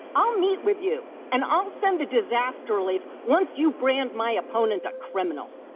i'll meet with you and i'll send the disaster relief once you brand my opponent a criminal?